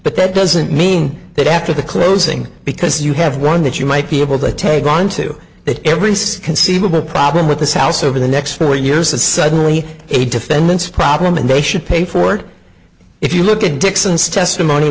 but that doesn't mean that after the closing because you have one that you might be able to take on to that every conceivable problem with this house over the next four years is suddenly a defendant's problem and they should pay for it if you look at dixons testimony